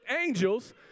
angels